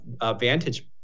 vantage